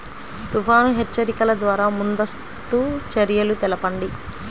తుఫాను హెచ్చరికల ద్వార ముందస్తు చర్యలు తెలపండి?